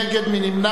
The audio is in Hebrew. מי נמנע?